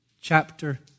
chapter